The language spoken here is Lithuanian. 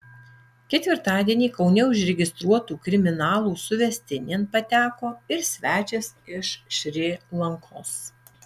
ketvirtadienį kaune užregistruotų kriminalų suvestinėn pateko ir svečias iš šri lankos